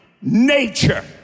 nature